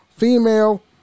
Female